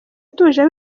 utuje